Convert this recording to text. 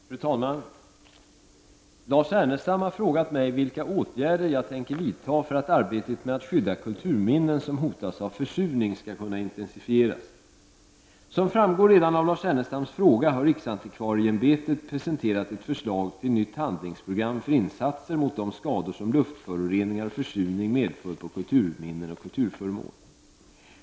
Fru talman! Lars Ernestam har frågat mig vilka åtgärder som jag tänker vidta för att arbetet med att skydda kulturminnen som hotas av försurning skall kunna intensifieras. Som framgår redan av Lars Ernestams fråga har riksantikvarieämbetet presenterat ett förslag till nytt handlingsprogram för insatser mot de skador som luftföroreningar och försurning medför på kulturminnen och kulturföremål.